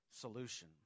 solution